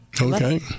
Okay